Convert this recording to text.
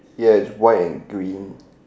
yes white and green